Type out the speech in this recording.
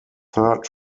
third